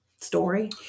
story